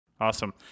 Awesome